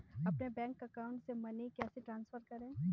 अपने bank account से money कैसे ट्रांसफर करें?